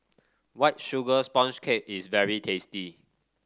White Sugar Sponge Cake is very tasty